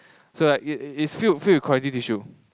so like it it's it's filled connective tissue